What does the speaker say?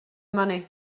money